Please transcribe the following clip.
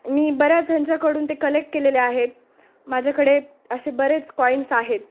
मी बऱ्याच ह्यांच्याकडून ते कलेक्ट केलेले आहेत माझ्याकडे असे बरेच कॉइन्स आहेत